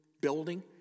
building